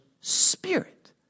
spirit